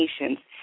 Nations